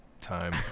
time